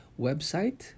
website